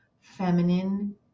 feminine